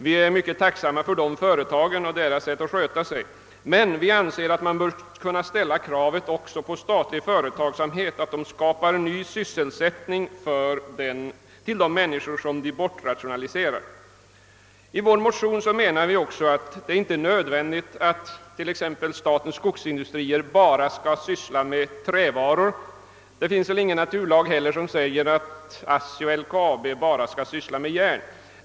Vi är mycket tacksamma för att dessa företag finns och för att de är välskötta, men vi anser att man bör kunna ställa det kravet också på statlig företagsamhet att det skapas ny sysselsättning för de människor som blir bortrationaliserade. Vi motionärer anser att det inte är nödvändigt att statens skogsindustrier endast skall syssla med trävaror. Det finns heller ingen naturlag som föreskriver att NJA och LKAB bara skall syssla med järn.